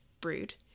brood